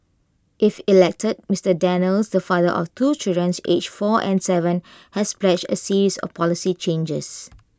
if elected Mister Daniels the father of two children's aged four and Seven has pledged A series of policy changes